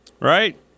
right